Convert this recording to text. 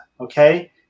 okay